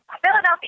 Philadelphia